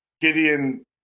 gideon